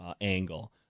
angle